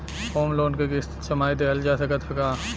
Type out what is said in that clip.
Home loan क किस्त छमाही देहल जा सकत ह का?